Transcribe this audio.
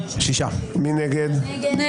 מי נמנע?